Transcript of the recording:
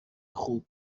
خوب